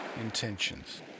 intentions